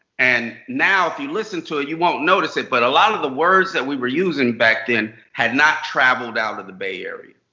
and now if you listen to it, you won't notice it, but a lot of the words and we were using back then had not traveled out of the bay area.